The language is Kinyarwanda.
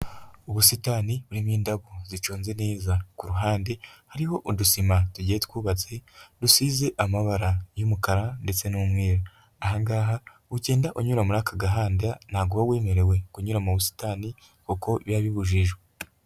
Ubusitani burimo indabo zicunze neza, ku ruhande hariho udusima tugiye twubatse, dusize amabara y'umukara ndetse n'umweru aha ngaha ugenda unyura muri aka gahanda, ntabwo uba wemerewe kunyura mu busitani kuko biba bibujijwe.